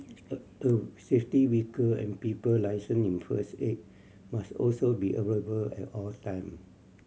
a oh safety vehicle and people licensed in first aid must also be available at all time